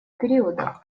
периода